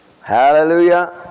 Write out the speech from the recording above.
Hallelujah